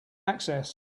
access